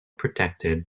protected